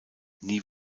nie